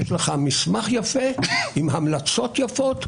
יש לך מסמך יפה עם המלצות יפות,